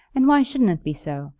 and why shouldn't it be so?